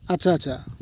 আচ্ছা আচ্ছা